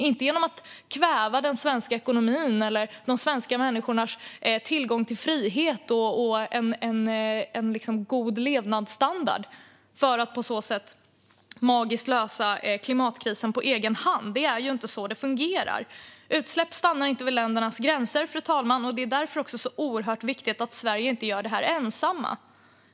Det går inte att kväva den svenska ekonomin eller svenskarnas frihet och en god levnadsstandard för att på så sätt magiskt lösa klimatkrisen på egen hand. Det är inte så det fungerar. Fru talman! Utsläpp stannar inte vid ländernas gränser, och det är därför oerhört viktigt att Sverige inte gör det här ensamt.